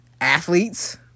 Athletes